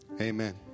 amen